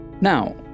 Now